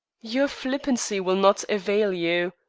your flippancy will not avail you.